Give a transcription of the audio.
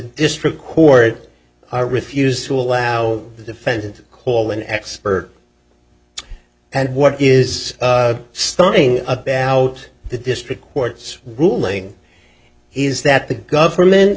district court refused to allow the defendant call an expert and what is stunning about the district court's ruling is that the government